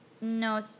No